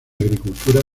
agricultura